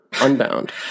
Unbound